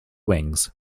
wings